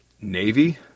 Navy